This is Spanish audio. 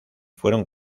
fueron